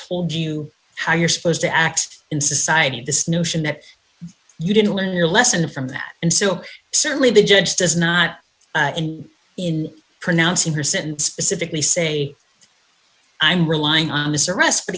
told you how you're supposed to act in society this notion that you didn't learn your lesson from that and so certainly the judge does not in in pronouncing her sentence specifically say i'm relying on this arrest but